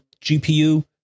GPU